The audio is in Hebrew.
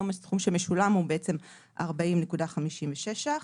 הסכום שמשולם היום הוא בעצם 40.56 שקלים.